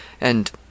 and